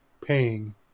paying